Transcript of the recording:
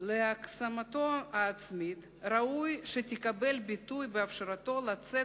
למיקסומו העצמי ראוי שתקבל ביטוי באפשרותו לצאת